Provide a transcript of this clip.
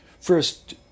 first